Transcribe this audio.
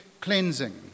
cleansing